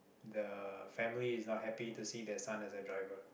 the family is not happy to see the son as a driver